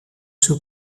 two